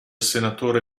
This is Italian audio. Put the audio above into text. senatore